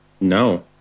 No